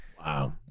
wow